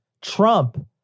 Trump